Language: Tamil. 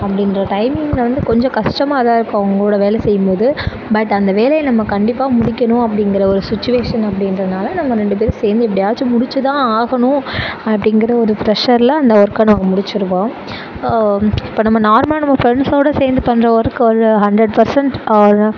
அப்படின்ற டைமிங்கில் வந்து கொஞ்சம் கஷ்டமாக தான் இருக்கும் அவங்கூட வேலை செய்யும்போது பட் அந்த வேலையை நம்ம கண்டிப்பாக முடிக்கணும் அப்படிங்கிற ஒரு சுச்சுவேஷன் அப்படின்றனால நம்ம ரெண்டு பேரும் சேர்ந்து எப்படியாச்சி முடிச்சு தான் ஆகணும் அப்படிங்கிற ஒரு ப்ரெஷ்ஷரில் அந்த ஒர்க்கு நாங்கள் முடிச்சிருவோம் இப்போ நம்ம நார்மலாக நம்ம ஃப்ரெண்ஸோட சேர்ந்து பண்ணுற ஒர்க்கு ஒரு ஹண்ட்ரெட் பர்சென்ட் ஒரு